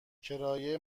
کرایه